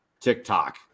TikTok